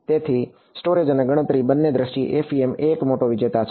તેથી સ્ટોરેજ અને ગણતરી બંને દ્રષ્ટિએ FEM એક મોટો વિજેતા છે